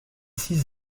six